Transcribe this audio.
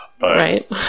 Right